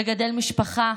לגדל משפחה,